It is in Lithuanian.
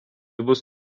bus